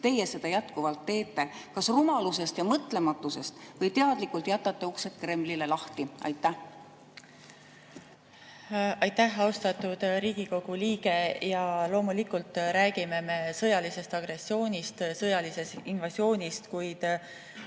teie seda jätkuvalt teete? Kas rumalusest ja mõtlematusest või teadlikult jätate uksed Kremlile lahti? Aitäh, austatud Riigikogu liige! Loomulikult me räägime sõjalisest agressioonist, sõjalisest invasioonist, kuid